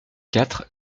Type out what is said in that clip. quatre